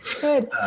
Good